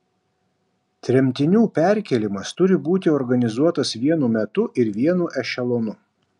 tremtinių perkėlimas turi būti organizuotas vienu metu ir vienu ešelonu